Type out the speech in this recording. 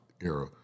era